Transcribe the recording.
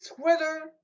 Twitter